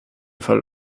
fall